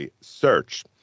Search